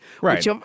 Right